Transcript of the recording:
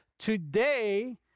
Today